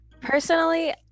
Personally